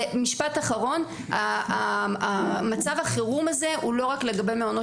משפט אחרון: מצב החירום הזה הוא לא רק לגבי מעונות